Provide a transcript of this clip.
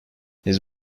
his